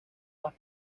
más